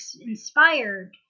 inspired